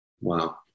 Wow